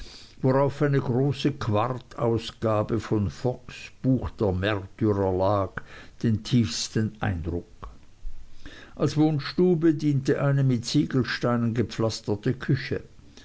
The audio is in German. worauf eine große quartausgabe von fox buch der märtyrer lag den tiefsten eindruck als wohnstube diente eine mit ziegelsteinen gepflasterte küche